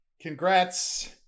congrats